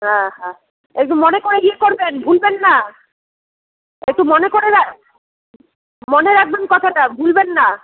হ্যাঁ হ্যাঁ একটু মনে করে ইয়ে করবেন ভুলবেন না একটু মনে করে মনে রাখবেন কথাটা ভুলবেন না